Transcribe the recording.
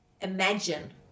imagine